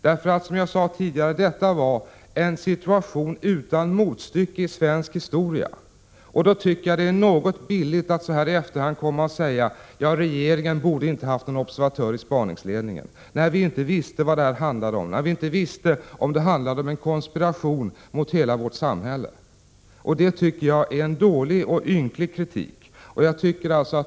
Detta var ju en situation utan motstycke i svensk historia, och då är det något billigt att så här i efterhand säga att regeringen inte borde ha haft någon observatör i spaningsledningen, när vi inte visste vad det handlade om, när vi inte visste om det rörde sig om en konspiration mot hela vårt samhälle. Det tycker jag är en dålig och ynklig kritik.